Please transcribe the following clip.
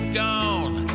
gone